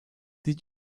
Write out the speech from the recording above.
did